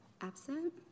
Absent